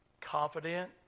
confident